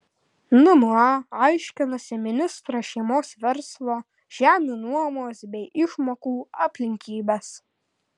nma aiškinasi ministro šeimos verslo žemių nuomos bei išmokų aplinkybes